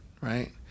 right